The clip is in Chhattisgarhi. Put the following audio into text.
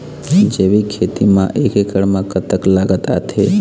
जैविक खेती म एक एकड़ म कतक लागत आथे?